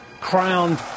crowned